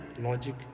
logic